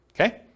okay